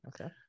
Okay